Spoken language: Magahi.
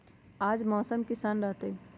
आज मौसम किसान रहतै?